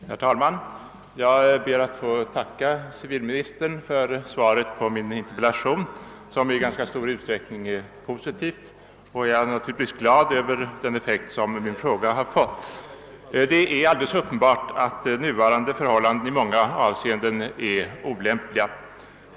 Herr talman! Jag ber att få tacka civilministern för svaret på min interpellation, vilket i ganska stor utsträckning är positivt. Jag är naturligtvis glad över den effekt som min fråga har fått. Det är uppenbart att nuvarande förhållanden är olämpliga i många avseenden.